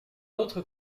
autre